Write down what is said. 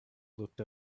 looked